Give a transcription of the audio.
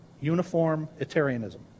Uniformitarianism